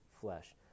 flesh